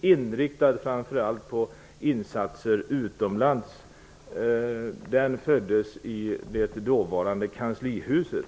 inriktad framför allt på insatser utomlands, föddes i det dåvarande kanslihuset.